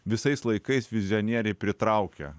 visais laikais vizionieriai pritraukia